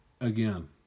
Again